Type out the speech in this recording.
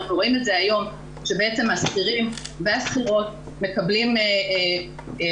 אנחנו רואים היום שהשכירים והשכירות מקבלים בחל"ת